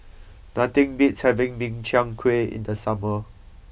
nothing beats having Min Chiang Kueh in the summer